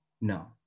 No